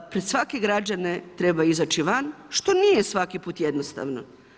Pred svake građane treba izaći van što nije svaki put jednostavno.